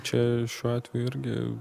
čia šiuo atveju irgi